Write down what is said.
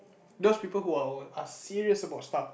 those people who are who are serious about stuff